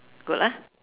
good lah